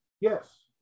Yes